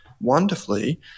wonderfully